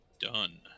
Done